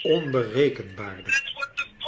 onberekenbaarder